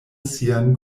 sian